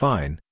Fine